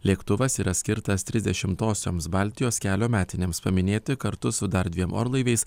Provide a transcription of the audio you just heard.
lėktuvas yra skirtas trisdešimtosioms baltijos kelio metinėms paminėti kartu su dar dviem orlaiviais